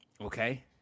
Okay